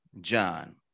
John